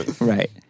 Right